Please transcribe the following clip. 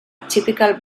typical